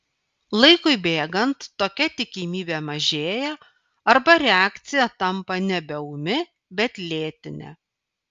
laikui bėgant tokia tikimybė mažėja arba reakcija tampa nebe ūmi bet lėtinė